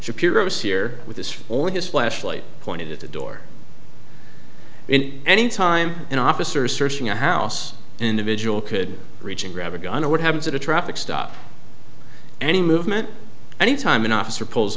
shapiro's here with his or his flashlight pointed at the door and any time an officer searching a house individual could reach in grab a gun or what happens at a traffic stop any movement any time an officer pulls